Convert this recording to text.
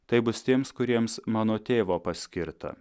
tai bus tiems kuriems mano tėvo paskirta